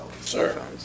Sir